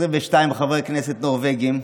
22 חברי כנסת נורבגים,